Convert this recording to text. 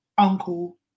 Uncle